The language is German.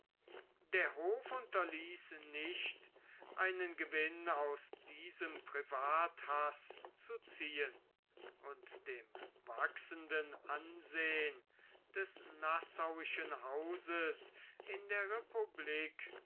der hof unterließ nicht einen gewinn aus diesem privathaß zu ziehen und dem wachsenden ansehen des nassauischen hauses in der republik